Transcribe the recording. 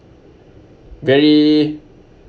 very